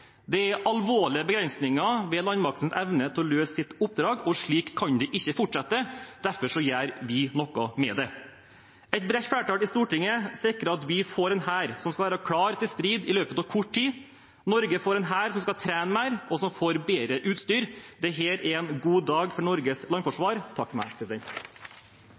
Det er alvorlige begrensninger ved landmaktens evne til å løse sitt oppdrag. Slik kan det ikke fortsette. Derfor gjør vi noe med det. Et bredt flertall i Stortinget sikrer at vi får en hær som skal være klar til strid i løpet av kort tid. Norge får en hær som skal trene mer, og som får bedre utstyr. Dette er en god dag for Norges landforsvar.